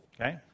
Okay